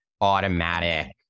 automatic